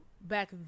back